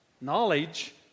Knowledge